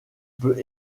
peut